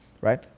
right